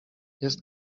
jest